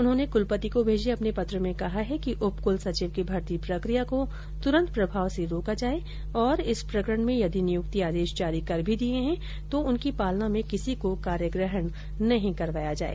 उन्होंने कुलपति को भेजे अपने पत्र में कहा है कि उप कुलसचिव की भर्ती प्रक्रिया को तुरन्त प्रभाव से रोका जाये और इस प्रकरण में यदि नियुक्ति आदेश जारी कर भी दिये गए हैं तो उनकी पालना में किसी को कार्यग्रहण न करवाया जाए